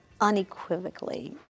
Unequivocally